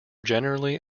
generally